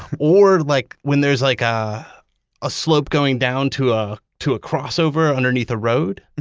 or like, when there's like ah a slope going down to ah to a crossover underneath a road.